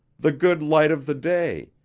the good light of the day,